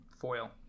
Foil